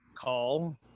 call